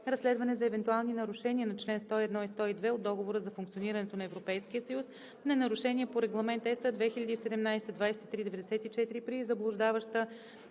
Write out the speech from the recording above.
разследване за евентуални нарушения на чл. 101 и 102 от Договора за функционирането на Европейския съюз, на нарушения по Регламент (ЕС) 2017/2394 при заблуждаваща